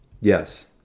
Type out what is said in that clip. Yes